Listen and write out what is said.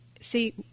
see